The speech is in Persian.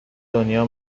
دنیا